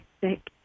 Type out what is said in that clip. Thank